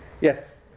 Yes